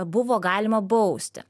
buvo galima bausti